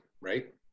right